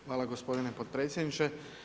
Hvala gospodine potpredsjedniče.